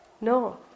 No